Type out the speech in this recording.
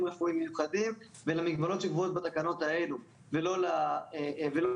רפואיים מיוחדים ולמגבלות שקבועות בתקנות האלו ולא ליחידות.